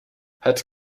het